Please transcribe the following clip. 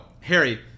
Harry